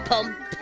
Pump